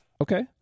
Okay